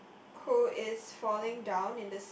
who is falling down in the